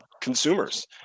consumers